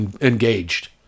engaged